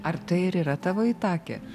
ar tai ir yra tavo itakė